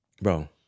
bro